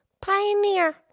Pioneer